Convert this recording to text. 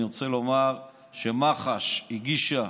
אני רוצה לומר שמח"ש הגישה